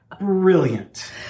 Brilliant